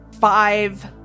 five